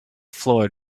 floor